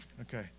Okay